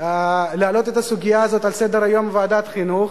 להעלות את הסוגיה הזאת על סדר-היום בוועדת החינוך.